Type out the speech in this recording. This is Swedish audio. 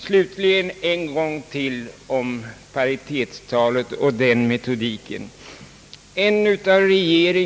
Slutligen vill jag än en gång säga någ ra ord om Pparitetstalet och metodiken omkring detta.